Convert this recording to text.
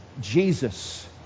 Jesus